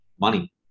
money